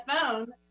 phone